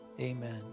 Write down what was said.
amen